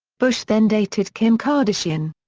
bush then dated kim kardashian.